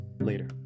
later